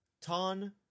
Ton